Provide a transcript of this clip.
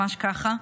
ממש ככה.